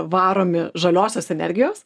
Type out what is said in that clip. varomi žaliosios energijos